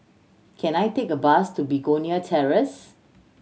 can I take a bus to Begonia Terrace